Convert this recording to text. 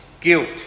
guilt